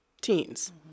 Teens